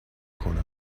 کنم